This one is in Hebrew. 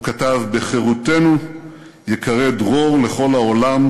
הוא כתב: "בחירותנו ייקרא דרור לכל העולם,